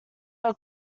are